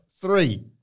Three